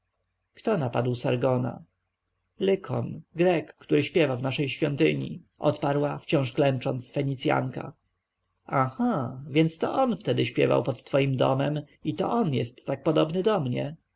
kto napadł sargona lykon grek który śpiewa w naszej świątyni odparła wciąż klęcząc fenicjanka aha więc to on wtedy śpiewał pod twoim domem i on jest tak podobny do mnie